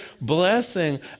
blessing